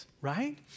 right